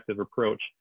approach